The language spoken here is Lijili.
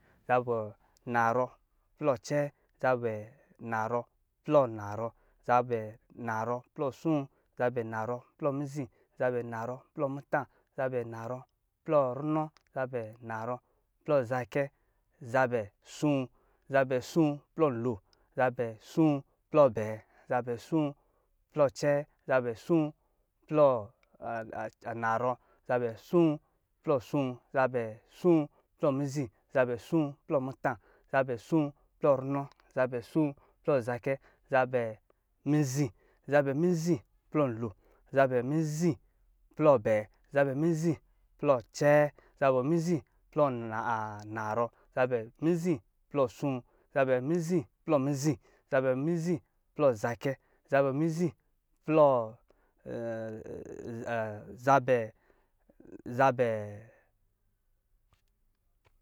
Zabɛ naarɔ plɔ acɛɛ, zabɛ naarɔ plɔ anaarɔ, zabɛ naarɔ plɔ aso, zabɛ naarɔ plɔ mizi, zabɛ naarɔ plɔ muta, zabɛ naarɔ plɔ runɔ, zabɛ naarɔ plɔ zacɛ, zabɛ aso, zabɛ aso plɔ lo, zabɛ aso plɔ abɛɛ, zabɛ aso plɔ acɛɛ, zabɛ aso plɔ a-anaarɔ, zabɛ aso plɔ aso, zabɛ aso plɔ mizi, zabɛ aso plɔ muta, zabɛ aso plɔ runɔ, zabɛ aso plɔ zacɛ, zabɛ mizi, zabɛ mizi plɔ lo, zabɛ mizi plɔ bɛɛ, zabɛ mizi plɔ acɛɛ, zabɛ mizi plɔ anaarɔ, zabɛ mizi plɔ aso, zabɛ mizi plɔ mizi, zabɛ mizi plɔ zacɛ, zabɛ mizi plɔ zabɛ, zabɛ